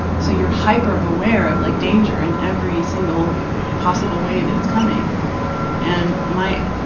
so you are hyper aware of like danger in every single possible way that it's coming and my,